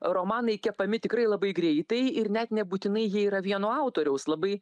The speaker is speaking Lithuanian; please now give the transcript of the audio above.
romanai kepami tikrai labai greitai ir net nebūtinai jie yra vieno autoriaus labai